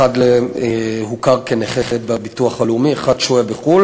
אחד הוכר נכה בביטוח הלאומי, אחד שוהה בחו"ל